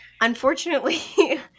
unfortunately